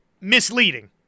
misleading